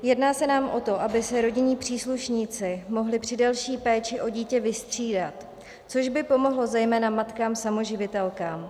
Jedná se nám o to, aby se rodinní příslušníci mohli při delší péči o dítě vystřídat, což by pomohlo zejména matkám samoživitelkám.